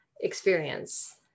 experience